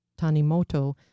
Tanimoto